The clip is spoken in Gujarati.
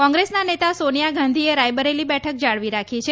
કોંગ્રેસના નેતા સોનિયા ગાંધીએ રાયબરેલી બેઠક જાળવી રાખી છે